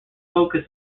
focus